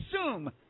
assume